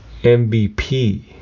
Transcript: MVP